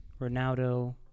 Ronaldo